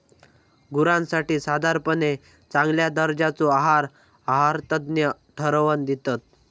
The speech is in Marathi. गुरांसाठी साधारणपणे चांगल्या दर्जाचो आहार आहारतज्ञ ठरवन दितत